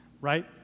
right